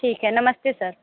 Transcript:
ठीक है नमस्ते सर